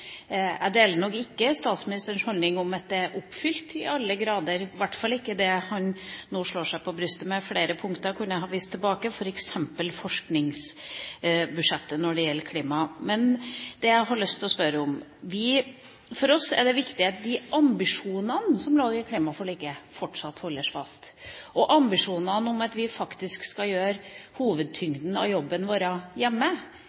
Jeg deler nok ikke statsministerens holdning om at det er oppfylt i alle grader – i hvert fall ikke når det gjelder det han nå slår seg på brystet med. Flere punkter kunne jeg ha tilbakevist, f.eks. når det gjelder forskningsbudsjettet og klima. Men det jeg har lyst til å spørre om, dreier seg om at for oss er det viktig at man fortsatt holder fast ved de ambisjonene som lå i klimaforliket. Ambisjonene om at vi faktisk skal gjøre